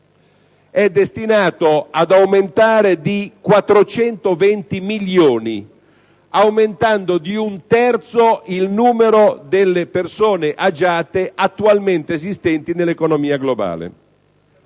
è destinato ad aumentare di 420 milioni, aumentando di un terzo il numero delle persone agiate attualmente esistenti nell'economia globale.